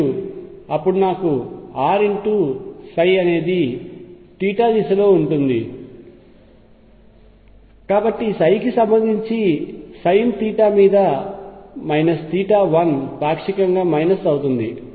మరియు అప్పుడు నాకు r అనేది θ దిశలో ఉంటుంది కాబట్టి కి సంబంధించి సైన్ తీటా మీద మైనస్ తీటా 1 పాక్షికంగా మైనస్ అవుతుంది